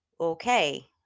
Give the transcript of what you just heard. okay